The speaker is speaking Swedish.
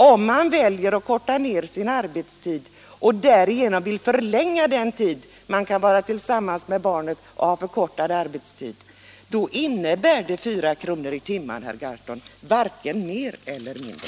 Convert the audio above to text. Om man väljer att förkorta sin arbetstid och därigenom vill förlänga den tid man kan vara tillsammans med barnen innebär det en ersättning med 4 kr. i timmen, herr Gahrton, varken mer eller mindre.